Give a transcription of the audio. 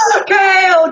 okay